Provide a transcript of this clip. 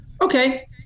Okay